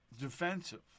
defensive